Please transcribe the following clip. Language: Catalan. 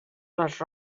les